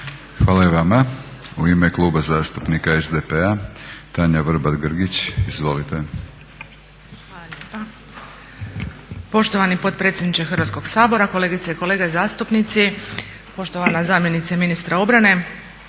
Hvala i vama. U ime Kluba zastupnika SDP-a Tanja Vrbat Grgić. **Vrbat Grgić, Tanja (SDP)** Hvala lijepa. Poštovani potpredsjedniče Hrvatskog sabora, kolegice i kolege zastupnici, poštovana zamjenice ministra obrane.